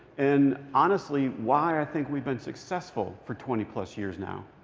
and honestly, why i think we've been successful for twenty plus years now.